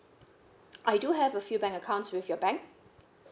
I do have a few bank accounts with your bank